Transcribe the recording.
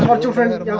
but defendant